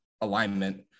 alignment